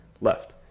left